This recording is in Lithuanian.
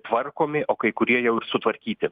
tvarkomi o kai kurie jau ir sutvarkyti